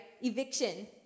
Eviction